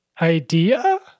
idea